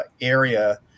area